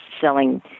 selling